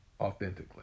authentically